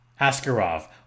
Askarov